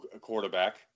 quarterback